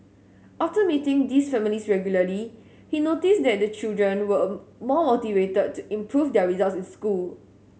after meeting these families regularly he noticed that the children were more motivated to improve their results in school